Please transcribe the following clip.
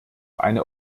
eine